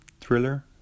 thriller